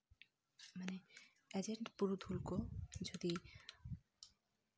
ᱢᱟᱱᱮ ᱮᱡᱮᱱᱴ ᱯᱩᱨᱩᱫᱷᱩᱞ ᱠᱚ ᱡᱩᱫᱤ